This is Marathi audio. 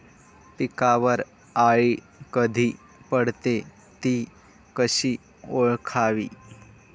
पिकावर अळी कधी पडते, ति कशी ओळखावी?